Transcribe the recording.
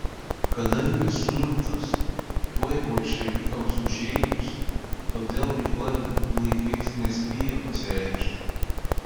kadangi suimtas tuoj bolševikams užėjus todėl veikla jų laikais nespėjo pasireikšti